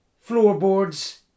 floorboards